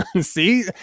See